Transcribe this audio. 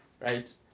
right